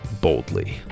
boldly